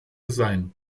sein